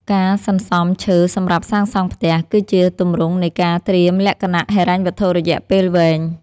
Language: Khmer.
ការសន្សំឈើសម្រាប់សាងសង់ផ្ទះ គឺជាទម្រង់នៃការត្រៀមលក្ខណៈហិរញ្ញវត្ថុរយៈពេលវែង។